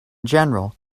general